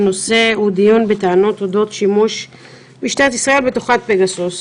על סדר היום: דיון בטענות אודות שימוש משטרת ישראל בתוכנת פגסוס.